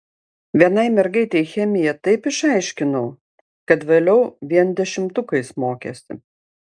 vienai mergaitei chemiją taip išaiškinau kad vėliau vien dešimtukais mokėsi